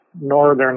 northern